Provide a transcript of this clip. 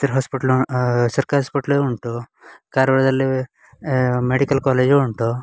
ಇದ್ರ ಹಾಸ್ಪಿಟ್ಲ್ ಸರ್ಕ್ ಆಸ್ಪಿಟ್ಲ್ ಉಂಟು ಕಾರ್ವಾರ್ದಲ್ಲೂ ಮೆಡಿಕಲ್ ಕಾಲೇಜು ಉಂಟು